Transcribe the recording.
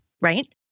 Right